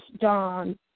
John